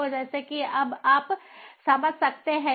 तो जैसा कि अब आप समझ सकते हैं